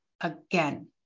again